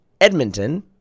Edmonton